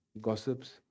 gossips